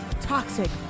Toxic